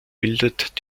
bildet